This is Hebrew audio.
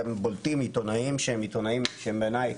גם בולטים עיתונאים שהם עיתונאים שהם בעיניי